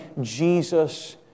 Jesus